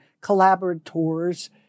collaborators